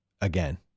again